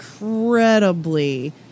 incredibly